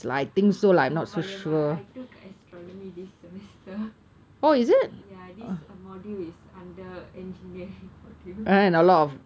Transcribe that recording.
oh maliyamma I took astronomy this semester ya this module is under engineering module